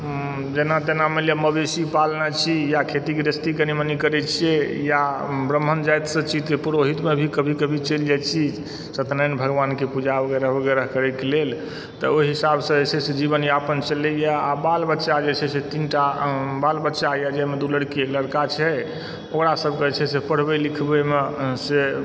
जेना तेना मानि लिअ मवेशी पालने छी या खेती गृहस्थी कनि मनि करैत छियै वा ब्राम्हण जातिसँ छी तऽ पुरोहितमे भी कभी कभी चलि जाइ छी सत्यनारायण भगवानके पूजा वगैरह वगैरह करयके लेल तऽ ओहि हिसाबसँ जे छै से जीवनयापन चलयए आ बाल बच्चा जे छै से तीनटा बाल बच्चाए जाहिमे दू लड़की एक लड़का छै ओकरसभकेँ जे छै से पढ़बय लिखबयमे से